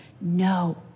No